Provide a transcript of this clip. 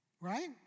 right